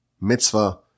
mitzvah